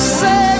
say